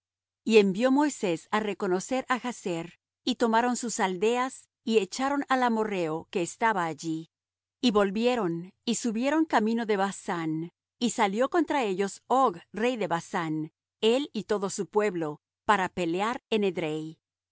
y envió moisés á reconocer á jazer y tomaron sus aldeas y echaron al amorrheo que estaba allí y volvieron y subieron camino de basán y salió contra ellos og rey de basán él y todo su pueblo para pelear en edrei